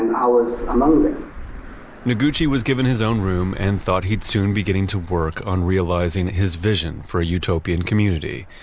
and i was among them noguchi was given his own room and thought he'd soon be getting to work on realizing his vision for a utopian community.